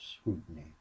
scrutiny